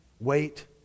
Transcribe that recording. Wait